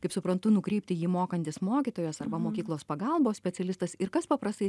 kaip suprantu nukreipti jį mokantis mokytojas arba mokyklos pagalbos specialistas ir kas paprastai